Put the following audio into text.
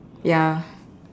ya